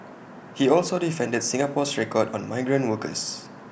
he also defended Singapore's record on migrant workers